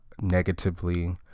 negatively